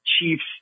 chiefs